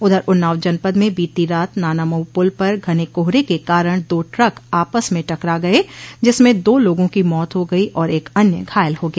उधर उन्नाव जनपद में बीती रात नानामऊ पुल पर घने कोहरे के कारण दो ट्रक आपस में टकरा गये जिसमें दो लोगों की मौत हो गई और एक अन्य घायल हो गया